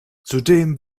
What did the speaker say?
zudem